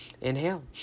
Inhale